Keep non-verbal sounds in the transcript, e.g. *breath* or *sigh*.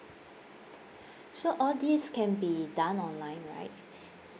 *breath* so all this can be done online right